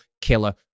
killer